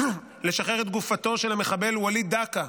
את גופתו של המחבל וליד דקה,